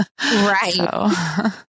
Right